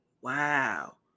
wow